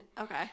okay